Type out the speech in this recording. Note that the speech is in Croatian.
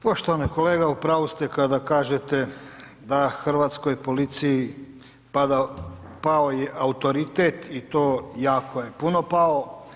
Poštovani kolega u pravu ste kada kažete da hrvatskoj policiji pao je autoritet i to jako je puno pao.